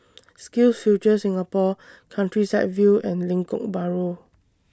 SkillsFuture Singapore Countryside View and Lengkok Bahru